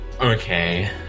Okay